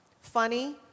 funny